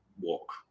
walk